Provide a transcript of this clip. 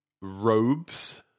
robes